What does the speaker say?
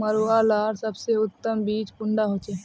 मरुआ लार सबसे उत्तम बीज कुंडा होचए?